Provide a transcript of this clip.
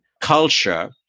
culture